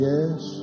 Yes